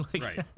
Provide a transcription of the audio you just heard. Right